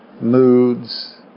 moods